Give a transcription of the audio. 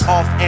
Off